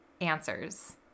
Answers